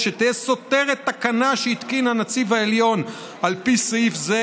שתהא סותרת תקנה שהתקין הנציב העליון על פי סעיף זה